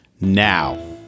now